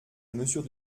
mesure